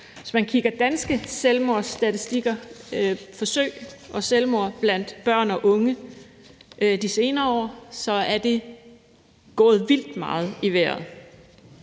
Hvis man kigger på danske selvmordsstatistikker, selvmordsforsøg og selvmord blandt børn og unge, de senere år, er tallene gået vildt meget i vejret.